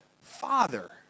father